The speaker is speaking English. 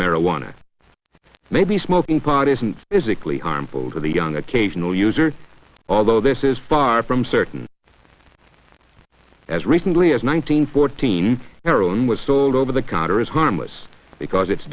marijuana maybe smoking pot isn't physically harmful to the young occasional user although this is far from certain as recently as one hundred fourteen heroin was sold over the counter is harmless because it